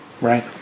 right